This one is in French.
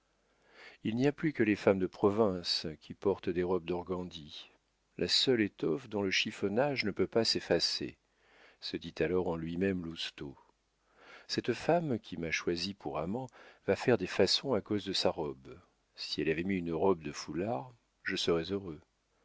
il n'y a plus que les femmes de province qui portent des robes d'organdi la seule étoffe dont le chiffonnage ne peut pas s'effacer se dit alors en lui-même lousteau cette femme qui m'a choisi pour amant va faire des façons à cause de sa robe si elle avait mis une robe de foulard je serais heureux